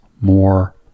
more